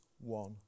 One